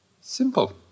simple